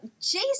Jason